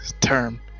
term